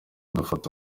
dufata